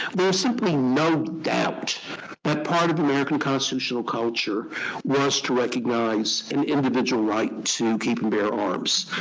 there's simply no doubt that part of american constitutional culture was to recognize an individual right to keep and bear arms.